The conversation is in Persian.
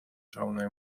جوونای